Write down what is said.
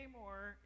more